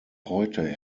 heute